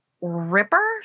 Ripper